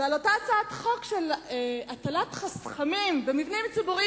ועל אותה הצעת חוק של הטלת חובת חסכמים במבנים ציבוריים,